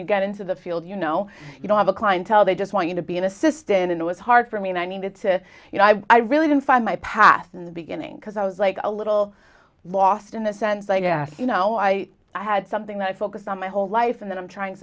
you get into the field you know you don't have a clientele they just want you to be an assistant and it was hard for me and i needed to you know i really didn't find my path in the beginning because i was like a little lost in the sense like you know i had something that i focused on my whole life and i'm trying